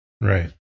Right